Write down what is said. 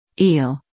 eel